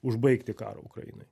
užbaigti karą ukrainoj